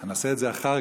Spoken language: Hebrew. נעשה את זה אחר כך.